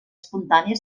espontània